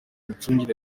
imicungire